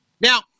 Now